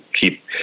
keep